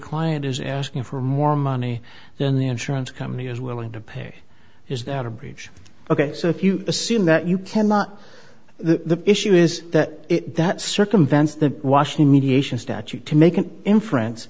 client is asking for more money than the insurance company is willing to pay is that a breach ok so if you assume that you cannot the issue is that that circumvents the washing mediation statute to make an inference